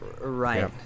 Right